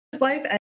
life